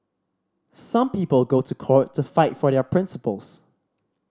some people go to court to fight for their principles